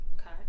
Okay